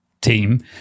team